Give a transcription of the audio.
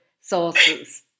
sauces